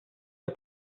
der